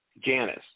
Janice